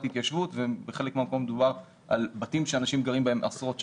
התיישבות ובחלק מהמקומות מדובר על בתים בהם אנשים גרים עשרות שנים.